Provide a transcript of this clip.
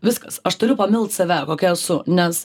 viskas aš turiu pamilt save kokia esu nes